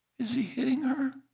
is he hitting her?